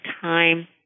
time